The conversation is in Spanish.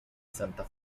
santa